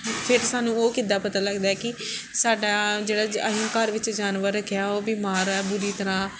ਫਿਰ ਸਾਨੂੰ ਉਹ ਕਿੱਦਾਂ ਪਤਾ ਲੱਗਦਾ ਕਿ ਸਾਡਾ ਜਿਹੜਾ ਅਸੀਂ ਘਰ ਵਿੱਚ ਜਾਨਵਰ ਰੱਖਿਆ ਉਹ ਬਿਮਾਰ ਹੈ ਬੁਰੀ ਤਰ੍ਹਾਂ